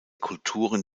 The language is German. kulturen